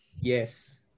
Yes